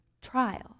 trial